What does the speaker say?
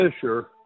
fisher